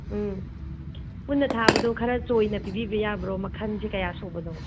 ꯎꯝ ꯄꯨꯟꯅ ꯊꯥꯕꯗꯣ ꯈꯔ ꯆꯣꯏꯅ ꯄꯤꯕꯤꯕ ꯌꯥꯕ꯭ꯔꯣ ꯃꯈꯟꯁꯦ ꯀꯌꯥ ꯁꯨꯕꯅꯣ